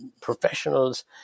professionals